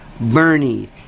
Bernie